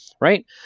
Right